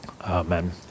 Amen